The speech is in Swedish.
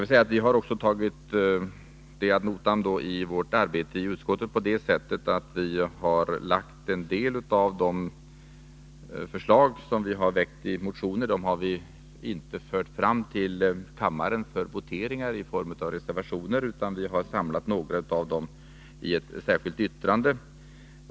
Vi har i vårt arbete i utskottet tagit det ad notam på det sättet att vi inte har fört fram en del av våra motionsförslag till votering här i kammaren i form av reservationer utan samlat dem i ett särskilt yttrande.